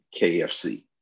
KFC